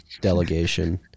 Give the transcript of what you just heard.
delegation